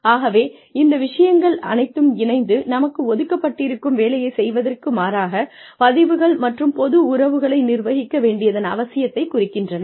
ஆகவே இந்த விஷயங்கள் அனைத்தும் இணைந்து நமக்கு ஒதுக்கப்பட்டிருக்கும் வேலையை செய்வதற்கு மாறாகப் பதிவுகள் மற்றும் பொது உறவுகளை நிர்வகிக்க வேண்டியதன் அவசியத்தை குறிக்கின்றன